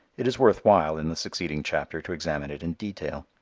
it is worth while, in the succeeding chapter to examine it in detail.